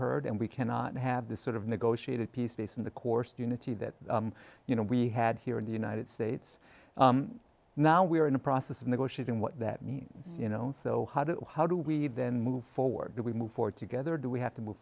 heard and we cannot have this sort of negotiated peace based on the course unity that you know we had here in the united states now we are in the process of negotiating what that means you know so how do how do we then move forward do we move forward together or do we have to move